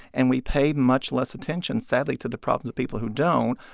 and we pay much less attention, sadly, to the problems of people who don't.